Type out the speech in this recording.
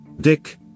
Dick